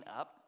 up